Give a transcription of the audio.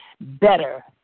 Better